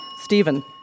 Stephen